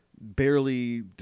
barely